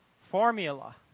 formula